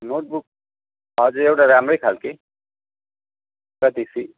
notebook हजुर एउटा राम्रै खालको कति फी